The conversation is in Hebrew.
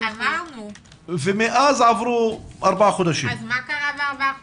מאז עברו ארבעה חודשים.